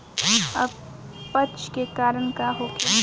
अपच के कारण का होखे?